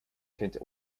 kennt